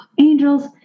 angels